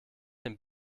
den